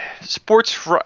sports